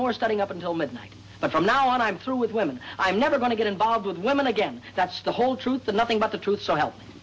more starting up until midnight but from now on i'm through with women i'm never going to get involved with women again that's the whole truth and nothing but the truth so help